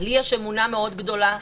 לי יש אמונה מאוד גדולה במשטרה.